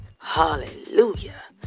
Hallelujah